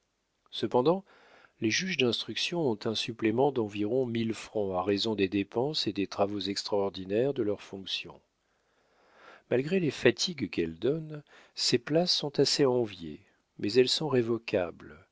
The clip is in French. cependant les juges d'instruction ont un supplément d'environ mille francs à raison des dépenses et des travaux extraordinaires de leurs fonctions malgré les fatigues qu'elles donnent ces places sont assez enviées mais elles sont révocables